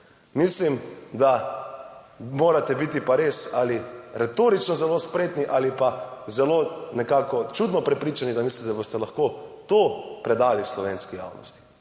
Mislim, da morate biti pa res ali retorično zelo spretni ali pa zelo nekako čudno prepričani, da mislite, da boste lahko to predali slovenski javnosti.